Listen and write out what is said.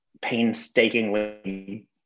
painstakingly